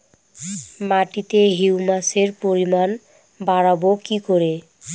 মাটিতে হিউমাসের পরিমাণ বারবো কি করে?